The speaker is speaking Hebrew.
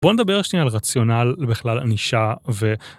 בוא נדבר שנייה על רציונל ובכלל ענישה ו.